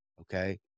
Okay